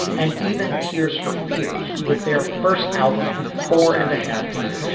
and even tears for fears with their first album in four and a half years